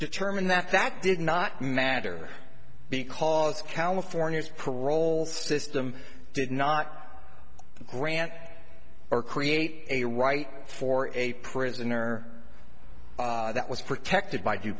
determined that that did not matter because california is parole system did not grant or create a right for a prisoner that was protected by due